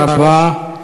תודה רבה.